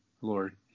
Lord